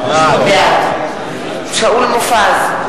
בעד שאול מופז,